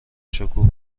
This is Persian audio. شکوه